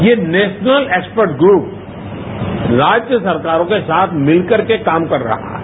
ये national expert group राज्य सरकारों के साथ मिलकरके काम कर रहा है